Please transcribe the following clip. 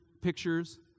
pictures